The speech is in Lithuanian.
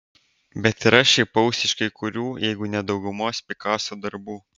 bet ir aš šaipausi iš kai kurių jeigu ne daugumos pikaso darbų